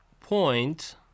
point